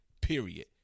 period